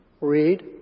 Read